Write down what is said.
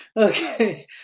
Okay